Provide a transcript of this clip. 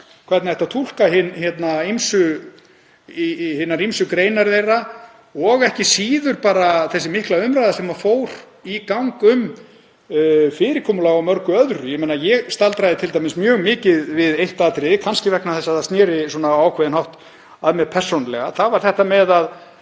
hvernig ætti að túlka hinar ýmsu greinar þeirra og ekki síður bara þessi mikla umræða sem fór í gang um fyrirkomulag á mörgu öðru. Ég staldraði t.d. mjög mikið við eitt atriði, kannski vegna þess að það sneri á ákveðinn hátt að mér persónulega. Það var þetta með að